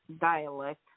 dialect